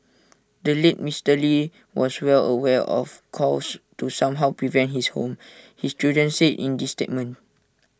the late Mister lee was well aware of calls to somehow prevent his home his children said in the statement